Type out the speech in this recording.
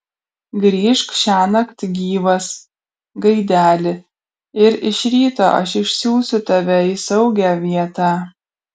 grįžk šiąnakt gyvas gaideli ir iš ryto aš išsiųsiu tave į saugią vietą